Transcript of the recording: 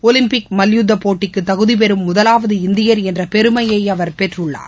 Olympic மல்யுத்தபோட்டிக்குதகுதிபெறும் முதலாவது இந்தியர் என்றபெருமையைஅவர் பெற்றுள்ளார்